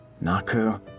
Naku